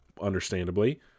Understandably